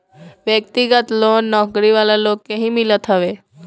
व्यक्तिगत लोन नौकरी वाला लोग के ही मिलत हवे